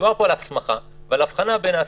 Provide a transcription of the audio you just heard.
מדובר פה על הסמכה ועל ההבחנה בין ההסמכות.